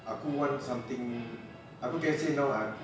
aku want something aku can say now